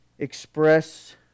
Express